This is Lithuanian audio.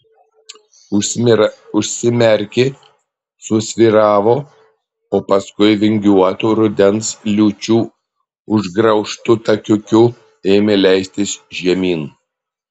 užsimerkė susvyravo o paskui vingiuotu rudens liūčių išgraužtu takiuku ėmė leistis žemyn